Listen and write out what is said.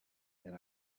and